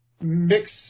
mix